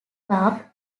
club